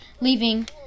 leaving